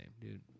dude